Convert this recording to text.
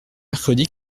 mercredi